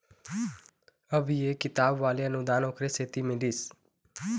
अब ये किताब वाले अनुदान ओखरे सेती मिलिस